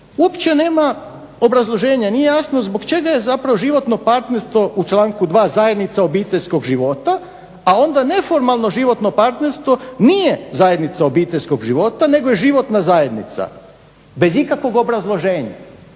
uopće nema obrazloženja nije jasno zbog čega je zapravo životno partnerstvo u članku 2. zajednica obiteljskog života a onda neformalno životno partnerstvo nije zajednica obiteljskog života nego je životna zajednica bez ikakvog obrazloženja,